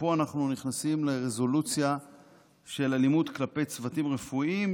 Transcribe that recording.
ופה אנחנו נכנסים לרזולוציה של אלימות כלפי צוותים רפואיים,